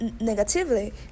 negatively